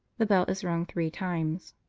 the bell is rung three times.